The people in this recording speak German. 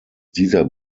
dieser